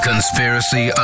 Conspiracy